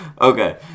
Okay